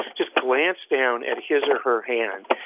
just glance down at his or her hand,